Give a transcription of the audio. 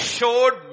showed